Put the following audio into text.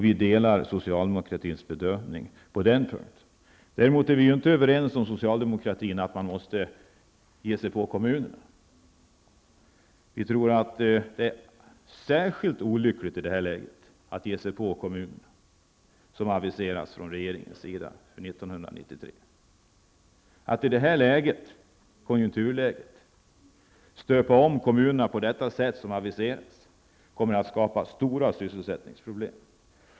Vi delar socialdemokratins bedömning på den punkten. Däremot är vi inte överens med socialdemokratin om att man måste ge sig på kommunerna. Vi tror att det är särskilt olyckligt i detta läge att ge sig på kommunerna, som regeringen aviserar att den skall göra. Att i detta konjunkturläge stöpa om kommunerna på det sätt som aviseras kommer att skapa stora sysselsättningsproblem.